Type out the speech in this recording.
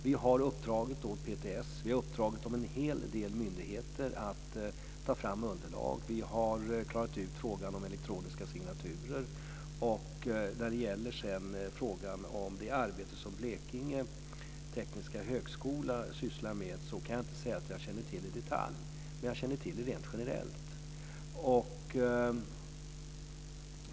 Vi har uppdragit åt PTS och en hel del andra myndigheter att ta fram underlag. Vidare har vi klarat ut frågan om elektroniska signaturer. Jag kan inte säga att jag i detalj känner till det arbete som Blekinge tekniska högskola sysslar med men rent generellt känner jag till det.